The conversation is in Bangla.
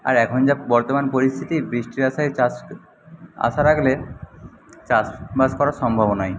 আর এখন যা বর্তমান পরিস্থিতি বৃষ্টির আশায় চাষ আশা রাখলে চাষবাস করা সম্ভব নয়